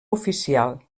oficial